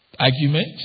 Argument